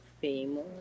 famous